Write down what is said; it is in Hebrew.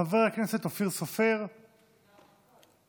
חבר הכנסת אופיר סופר, בבקשה.